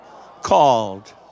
called